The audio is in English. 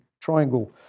triangle